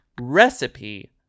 recipe